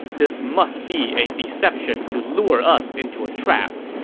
this must be a deception to lure us into a trap.